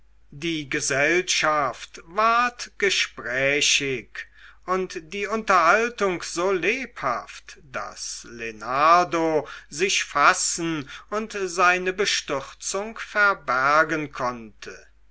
die gesellschaft ward gesprächig und die unterhaltung so lebhaft daß lenardo sich fassen und seine bestürzung verbergen konnte